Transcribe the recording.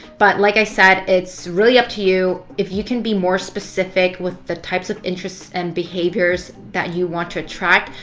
but like i said, it's really up to you. if you can be more specific with the types of interests and behaviours that you want to attract,